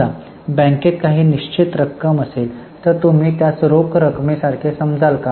समजा बँकेत काही निश्चित रक्कम असेल तर तुम्ही त्यास रोख रकमेसारखे समजाल का